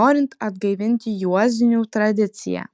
norint atgaivinti juozinių tradiciją